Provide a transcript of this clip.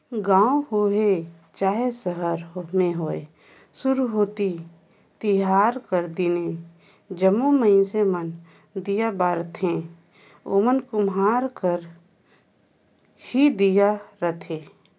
गाँव होए चहे सहर में होए सुरहुती तिहार कर दिन जम्मो मइनसे मन दीया बारथें ओमन कुम्हार घर कर ही दीया रहथें